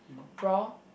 raw